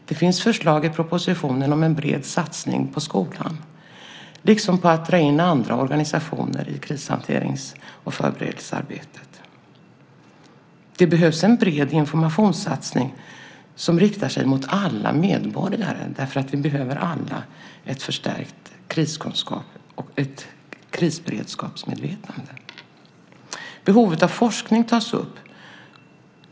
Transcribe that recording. Det finns förslag i propositionen om en bred satsning på skolan liksom på att dra in andra organisationer i krishanterings och förberedelsearbetet. Det behövs en bred informationssatsning som riktar sig mot alla medborgare därför att vi alla behöver ett förstärkt kriskunskaps och krisberedskapsmedvetande. Behovet av forskning tas upp.